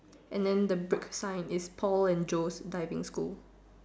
and the the brick sign is Paul and Joe's diving school